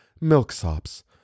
Milksops